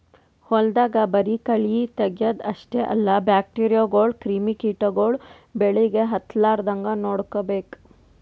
ಹೊಲ್ದಾಗ ಬರಿ ಕಳಿ ತಗ್ಯಾದ್ ಅಷ್ಟೇ ಅಲ್ಲ ಬ್ಯಾಕ್ಟೀರಿಯಾಗೋಳು ಕ್ರಿಮಿ ಕಿಟಗೊಳು ಬೆಳಿಗ್ ಹತ್ತಲಾರದಂಗ್ ನೋಡ್ಕೋಬೇಕ್